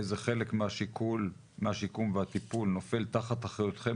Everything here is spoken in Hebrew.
איזה חלק מהשיקום והטיפול נופל תחת אחריותכם